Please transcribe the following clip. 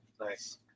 Nice